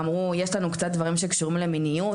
אמרו יש לנו קצת דברים שקשורים למיניות,